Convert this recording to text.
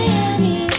Miami